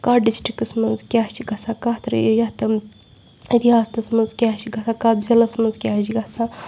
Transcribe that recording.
کَتھ ڈِسٹرٛکَس منٛز کیٛاہ چھِ گژھان کَتھ رے یَتھ رِیاستَس مَنٛز کیٛاہ چھِ گژھان کَتھ ضِلَس مَنٛز کیٛاہ چھِ گژھان